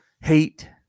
hate